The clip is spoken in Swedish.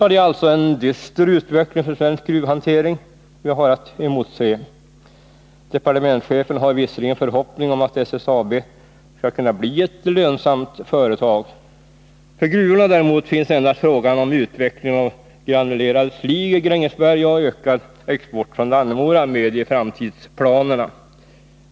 Det är alltså en dyster utveckling för svensk gruvhantering vi har att emotse. Departementschefen har visserligen förhoppning om att SSAB skall kunna bli ett lönsamt företag, men för gruvorna däremot finns endast frågan om utvecklingen av granulerad slig i Grängesberg och ökad export från Dannemora med i framtidsplanerna.